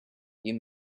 you